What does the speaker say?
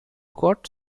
got